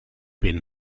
been